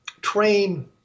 train